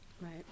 Right